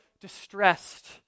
distressed